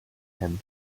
him